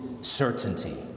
certainty